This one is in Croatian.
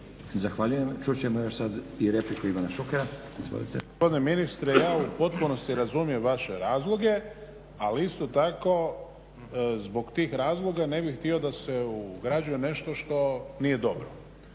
Zahvaljujem. Čut ćemo još i sad repliku Ivana Šukera. Izvolite. **Šuker, Ivan (HDZ)** Gospodine ministre, ja u potpunosti razumijem vaše razloge ali isto tako zbog tih razloga ne bih htio da se ugrađuje nešto što nije dobro.